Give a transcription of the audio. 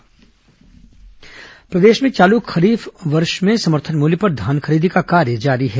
धान खरीदी प्रदेश में चालू खरीफ विपणन वर्ष में समर्थन मूल्य पर धान खरीदी का कार्य जारी है